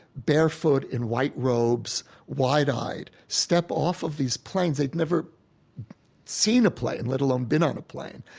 barefoot, in white robes, wide-eyed, step off of these planes. they've never seen a plane, let alone been on a plane,